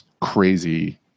crazy